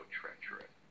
treacherous